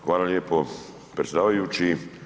Hvala lijepo predsjedavajući.